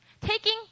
Taking